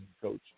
coach